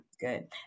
good